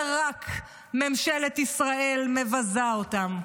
ורק ממשלת ישראל מבזה אותם.